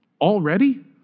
already